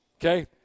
Okay